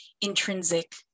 intrinsic